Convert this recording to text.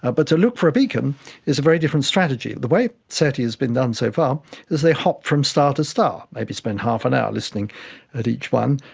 ah but to look for a beacon is a very different strategy. the way seti has been done so far is they hop from star to star, maybe spend half an hour listening at each one,